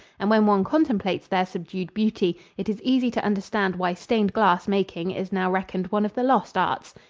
and when one contemplates their subdued beauty it is easy to understand why stained-glass making is now reckoned one of the lost arts.